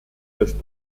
des